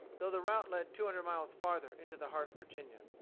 though the route led two hundred miles farther into the heart of virginia.